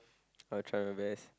I will try my best